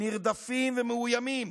נרדפים ומאוימים,